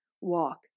walk